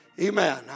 Amen